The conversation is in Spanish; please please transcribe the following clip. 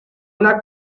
una